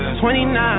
29